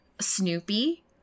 Snoopy